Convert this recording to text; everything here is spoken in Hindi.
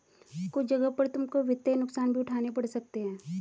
कुछ जगहों पर तुमको वित्तीय नुकसान भी उठाने पड़ सकते हैं